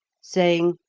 saying,